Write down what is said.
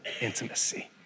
intimacy